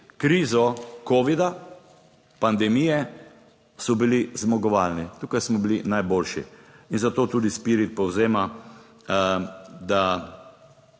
krizo covida pandemije, so bili zmagovalni, tukaj smo bili najboljši in zato tudi Spirit povzema kar